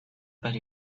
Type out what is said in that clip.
but